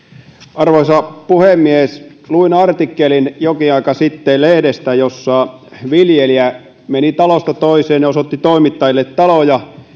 arvoisa puhemies luin jokin aika sitten lehdestä artikkelin jossa viljelijä meni talosta toiseen ja osoitti toimittajille taloja